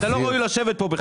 אתה לא ראוי לשבת פה בכלל.